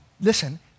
listen